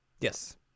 Yes